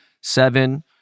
seven